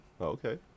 Okay